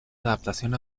adaptación